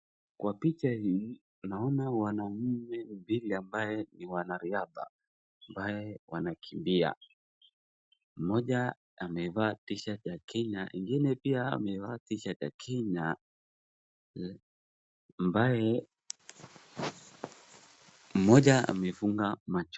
Kwa picha hii, naona wanaume mbili ambaye ni wanariadha ambaye wanakimbia, mmoja amevaa cs[ t-shirt] cs ya Kenya na mwingine pia amevaa cs[t-shirt] cs ya kenya ambaye mmoja amefunga macho.